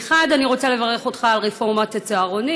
מחד אני רוצה לברך אותך על רפורמת הצהרונים,